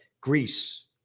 Greece